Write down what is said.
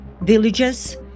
villages